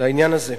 בעניין הזה.